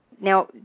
Now